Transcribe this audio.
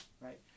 right